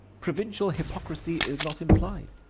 provincial hypocrisy is not implied.